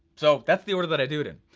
so, that's the order that i do it in,